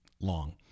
long